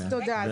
תודה.